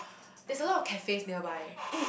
there's a lot of cafe nearby